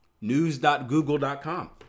News.google.com